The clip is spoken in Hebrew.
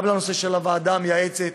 גם לנושא של הוועדה המייעצת.